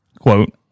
quote